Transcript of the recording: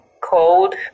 cold